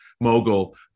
mogul